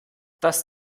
das